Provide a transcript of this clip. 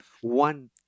one